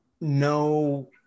no